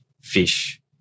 fish